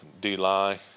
D-line